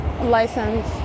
License